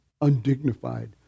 undignified